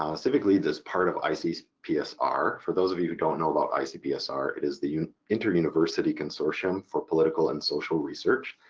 um civicleads is part of icpsr. for those of you who don't know about icpsr, it is the inter-university consortium for political and social research.